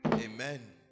Amen